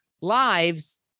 lives